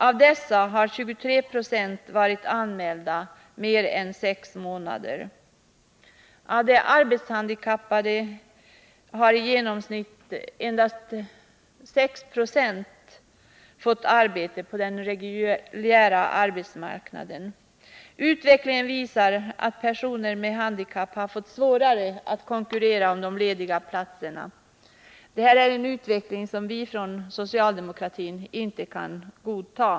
Av dessa har 23 90 varit anmälda mer än sex månader. Av de arbetshandikappade har i genomsnitt per månad endast 6 20 fått arbete på den reguljära arbetsmarknaden. Utvecklingen visar också att personer med handikapp har fått svårare att konkurrera om de lediga platserna. Detta är en utveckling som vi från socialdemokratin inte kan godta.